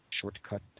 shortcut